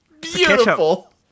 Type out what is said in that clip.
Beautiful